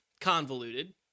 convoluted